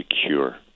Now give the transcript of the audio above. secure